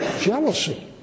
jealousy